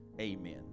Amen